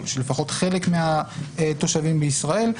או של לפחות חלק מהתושבים בישראל,